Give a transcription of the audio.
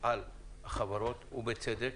על חברות, ובצדק,